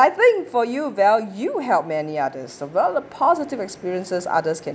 think for you well you help many others develop positive experiences others can